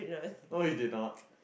no you did not